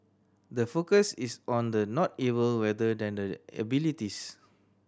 the focus is on the not able rather than the abilities